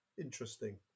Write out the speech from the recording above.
interesting